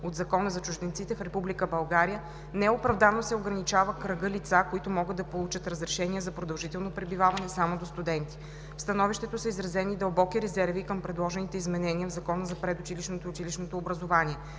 от Закона за чужденците в Република България неоправдано се ограничава кръгът лица, които могат да получат разрешение за продължително пребиваване само до студенти. В становището са изразени дълбоки резерви и към предложените изменения в Закона за предучилищното и училищното образование.